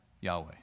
Yahweh